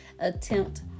Attempt